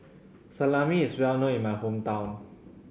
salami is well known in my hometown